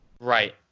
Right